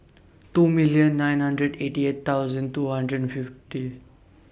two million nine hundred eighty eight thousand two hundred and fifty